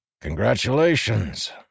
Congratulations